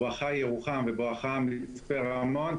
בואכה ירוחם ובואכה מצפה רמון,